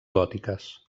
gòtiques